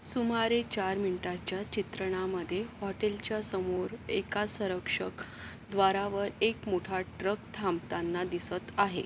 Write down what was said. सुमारे चार मिनिटांच्या चित्रणामध्ये हॉटेलच्या समोर एका संरक्षक द्वारावर एक मोठा ट्रक थांबताना दिसत आहे